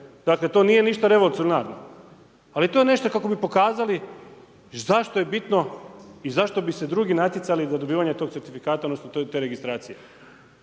Dakle to nije ništa revolucionarno. Ali to je nešto kako bi pokazali zašto je bitno i zašto bi se drugi natjecali za dobivanje tog certifikata odnosno te registracije.